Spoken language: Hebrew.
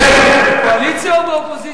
בקואליציה או באופוזיציה?